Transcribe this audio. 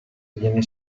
viene